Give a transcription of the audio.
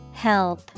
Help